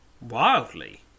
wildly